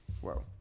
Whoa